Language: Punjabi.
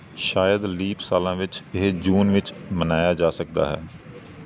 ਸ਼ਾਇਦ ਲੀਪ ਸਾਲਾਂ ਵਿੱਚ ਇਹ ਜੂਨ ਵਿੱਚ ਮਨਾਇਆ ਜਾ ਸਕਦਾ ਹੈ